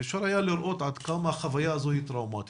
ואפשר היה לראות עד כמה החוויה הזו היא טראומטית